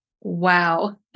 Wow